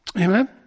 Amen